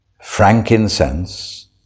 frankincense